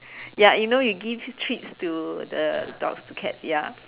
ya you know you give treats to the dogs to cats ya